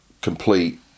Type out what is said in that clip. complete